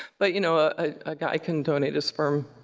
but, you know, a guy can donate his sperm,